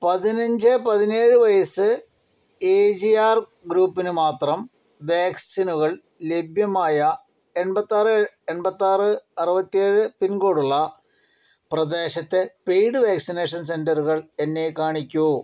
പതിനഞ്ച് പതിനേഴ് വയസ്സ് എ ജി ആർ ഗ്രൂപ്പിന് മാത്രം വാക്സിനുകൾ ലഭ്യമായ എൺപത്താറ് എൺപത്താറ് അറുപത്തേഴ് പിൻകോഡുള്ള പ്രദേശത്തെ പെയ്ഡ് വാക്സിനേഷൻ സെൻ്ററുകൾ എന്നെ കാണിക്കൂ